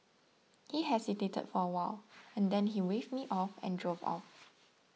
he hesitated for a while and then he waved me off and drove off